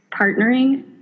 partnering